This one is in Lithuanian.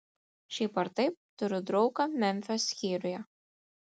šiaip ar taip turiu draugą memfio skyriuje